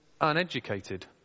uneducated